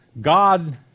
god